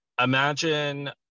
imagine